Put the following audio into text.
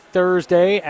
Thursday